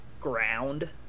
ground